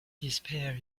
despair